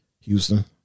Houston